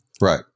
Right